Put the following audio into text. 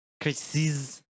crises